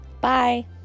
Bye